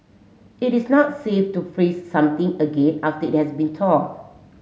it is not safe to freeze something again after it has been thawed